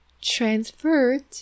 transferred